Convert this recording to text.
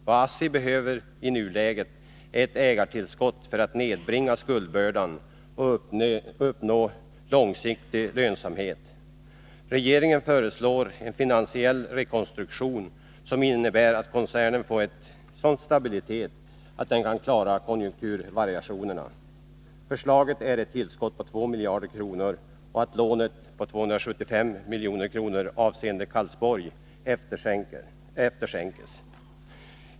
Vad ASSI behöver i nuläget är ett ägartillskott för att nedbringa skuldbördan och uppnå långsiktig lönsamhet. Regeringen föreslår en finansiell rekonstruktion som innebär att koncernen får en sådan stabilitet att den kan klara konjunkturvariationerna. Förslaget innebär ett tillskott av 2 miljarder kronor och att lånet på 275 milj.kr. avseende Karlsborg efterskänks.